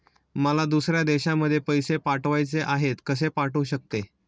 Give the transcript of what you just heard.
मला दुसऱ्या देशामध्ये पैसे पाठवायचे आहेत कसे पाठवू शकते?